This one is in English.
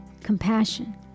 compassion